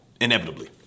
inevitably